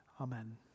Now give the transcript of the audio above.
amen